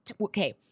okay